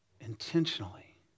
Intentionally